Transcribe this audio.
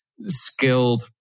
skilled